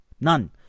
None